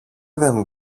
δεν